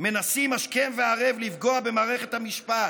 מנסים השכם והערב לפגוע במערכת המשפט,